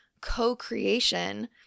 co-creation